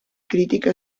crítica